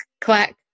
clack